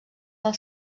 del